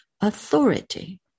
Authority